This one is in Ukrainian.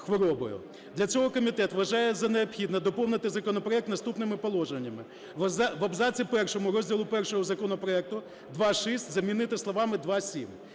Для цього комітет вважає за необхідне доповнити законопроект наступними положеннями. В абзаці першому розділу І законопроекту "два - шість" замінити словами "два